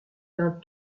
d’un